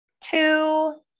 two